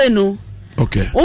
okay